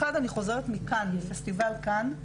אחד, אני חוזרת מקאן, מפסטיבל קאן.